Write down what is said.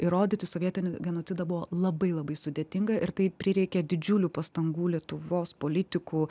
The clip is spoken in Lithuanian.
įrodyti sovietinį genocidą buvo labai labai sudėtinga ir tai prireikė didžiulių pastangų lietuvos politikų